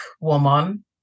woman